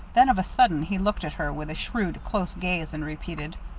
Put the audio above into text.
then, of a sudden, he looked at her with a shrewd, close gaze, and repeated,